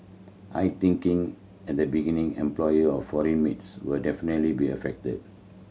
I thinking at the beginning employer of foreign maids will definitely be affected